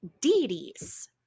deities